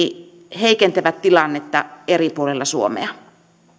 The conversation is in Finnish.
heikentävät tilannetta eri puolilla suomea